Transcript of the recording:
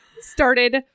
started